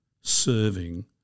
serving